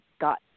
got